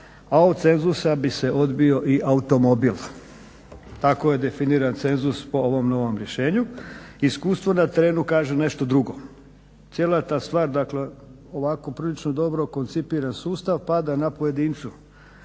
a od cenzusa bi se odbio i automobil. Tako je definiran cenzus po ovom novom rješenju. Iskustvo na terenu kaže nešto drugo. Cijela ta stvar dakle ovako prilično dobro koncipira sustav pada na pojedincu.